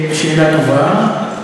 שאלה טובה.